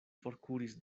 forkuris